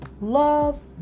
love